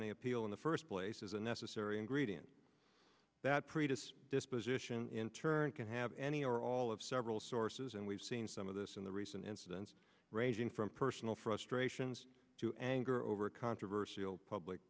any appeal in the first place is a necessary ingredient that preterists disposition in turn can have any or all of several sources and we've seen some of this in the recent incidents ranging from personal frustrations to anger over a controversial public